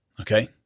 Okay